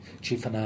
chief